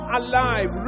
alive